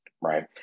right